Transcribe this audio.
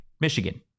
Michigan